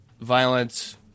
violence